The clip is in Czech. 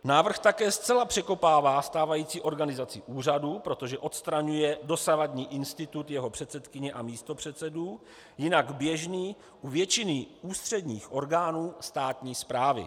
Návrh také zcela překopává stávající organizaci úřadu, protože odstraňuje dosavadní institut jeho předsedkyně a místopředsedů, jinak běžný u většiny ústředních orgánů státní správy.